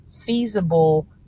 feasible